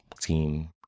team